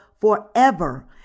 forever